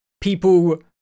people